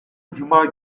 cuma